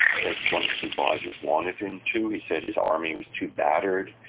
as one of his advisors wanted him to. he said his army was too battered,